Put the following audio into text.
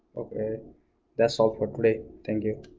okay that's all for today thank you